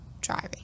driving